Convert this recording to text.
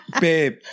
babe